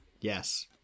Yes